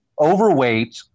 overweight